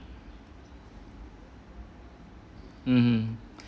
mm